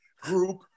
group